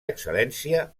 excel·lència